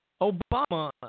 Obama